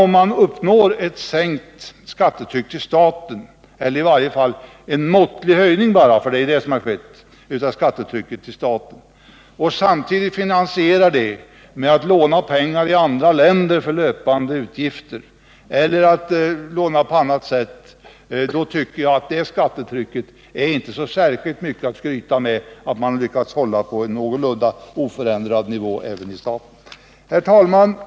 Om man uppnår ett sänkt skattetryck när det gäller staten eller i varje fall en måttlig höjning bara — för det är ju det som har skett — och samtidigt finansierar detta med att låna pengar i andra länder för löpande utgifter eller låna på annat sätt, så tycker jag inte det är mycket att skryta med att man lyckats hålla det statliga skattetrycket på en oförändrad nivå. Herr talman!